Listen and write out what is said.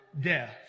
death